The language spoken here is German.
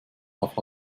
auch